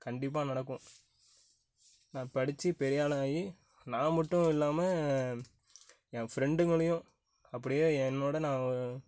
கண்டிப்பாக நடக்கும் நான் படிச்சு பெரியாள் ஆகி நான் மட்டும் இல்லாமல் என் ஃப்ரெண்டுங்களையும் அப்படியே என்னோடய நான்